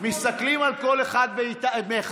מסתכלים על כל אחד מאיתנו,